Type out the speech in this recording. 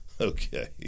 Okay